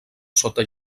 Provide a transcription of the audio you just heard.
sota